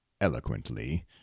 eloquently